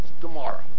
tomorrow